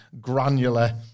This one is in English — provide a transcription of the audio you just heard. granular